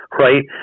right